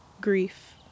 grief